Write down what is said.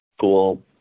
cool